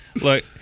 Look